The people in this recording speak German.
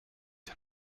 dir